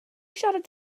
siarad